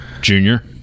Junior